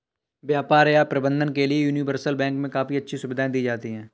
व्यापार या प्रबन्धन के लिये यूनिवर्सल बैंक मे काफी अच्छी सुविधायें दी जाती हैं